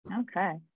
okay